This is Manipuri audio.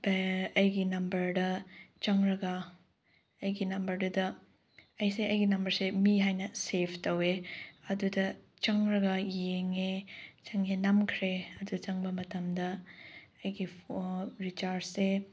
ꯑꯩꯒꯤ ꯅꯝꯕꯔꯗ ꯆꯪꯂꯒ ꯑꯩꯒꯤ ꯅꯝꯕꯔꯗꯨꯗ ꯑꯩꯁꯦ ꯑꯩꯒꯤ ꯅꯝꯕꯔꯁꯦ ꯃꯤ ꯍꯥꯏꯅ ꯁꯦꯕ ꯇꯧꯏ ꯑꯗꯨꯗ ꯆꯪꯂꯒ ꯌꯦꯡꯉꯦ ꯆꯪꯉꯦ ꯅꯝꯈ꯭ꯔꯦ ꯑꯗꯨ ꯆꯪꯕ ꯃꯇꯝꯗ ꯑꯩꯒꯤ ꯔꯤꯆꯥꯔꯖꯁꯦ